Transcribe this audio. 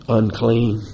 unclean